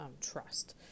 trust